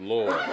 Lord